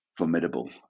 formidable